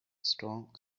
strong